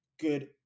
good